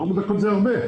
הרבה דקות זה הרבה.